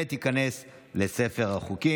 ותיכנס לספר החוקים.